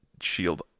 shield